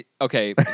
Okay